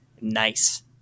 nice